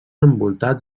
envoltats